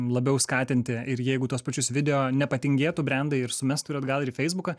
labiau skatinti ir jeigu tuos pačius video nepatingėtų brendai ir sumestų ir atgal į feisbuką